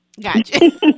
gotcha